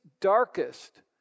darkest